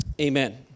amen